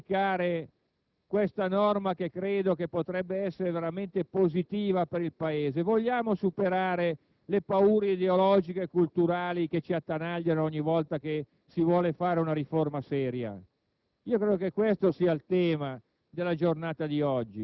ma, colleghi, vogliamo andare avanti, vogliamo applicare questa norma, che credo potrebbe essere veramente positiva per il Paese? Vogliamo superare le paure ideologiche e culturali che ci attanagliano ogni volta che si vuole fare una riforma seria?